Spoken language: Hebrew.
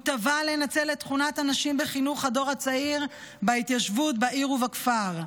הוא תבע לנצל את תכונת הנשים בחינוך הדור הצעיר בהתיישבות בעיר ובכפר.